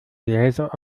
bläser